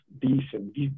decent